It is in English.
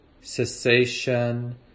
cessation